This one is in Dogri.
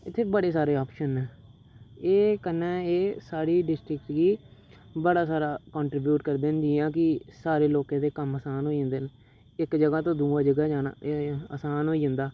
इत्थें बड़े सारे ऑप्शन न एह् कन्नै एह् साढ़ी डिस्ट्रिक्ट गी बड़ा सारा कंट्रीब्यूट करदे न जियां कि सारे लोकें दे कम्म असान होई जन्दे न इक जगह् तो दुई जगह् जाना एह् असान होई जन्दा